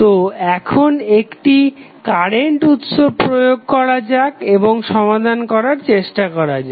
তো এখন একটি কারেন্ট উৎস প্রয়োগ করা যাক এবং সমাধান করার চেষ্টা করা যাক